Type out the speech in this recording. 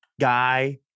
guy